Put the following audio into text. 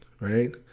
right